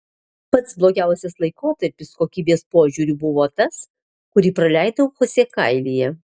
pats blogiausias laikotarpis kokybės požiūriu buvo tas kurį praleidau chosė kailyje